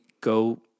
go